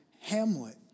hamlet